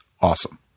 awesome